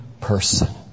person